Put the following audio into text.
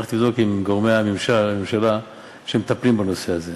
הלכתי לבדוק אותם עם גורמי הממשלה שמטפלים בנושא הזה.